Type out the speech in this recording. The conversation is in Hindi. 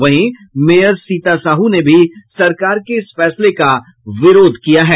वहीं मेयर सीता साहू ने भी सरकार के इस फैसले का विरोध किया है